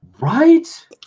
Right